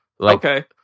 Okay